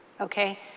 Okay